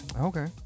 Okay